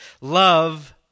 Love